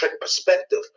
perspective